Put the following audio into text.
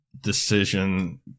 decision